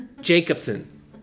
Jacobson